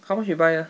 how much you buy ah